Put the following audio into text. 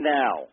now